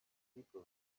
people